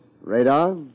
Radar